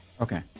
Okay